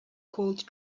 called